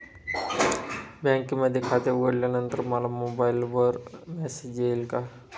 बँकेमध्ये खाते उघडल्यानंतर मला मोबाईलवर मेसेज येईल का?